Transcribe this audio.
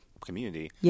community